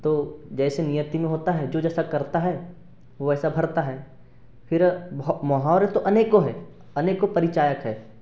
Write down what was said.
तो जैसे नियती में होता है जो जैसा करता है वैसा भरता है फिर भ मोहावरे तो अनेकों हैं अनेकों परिचायक है